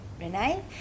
Renee